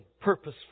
purposeful